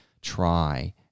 try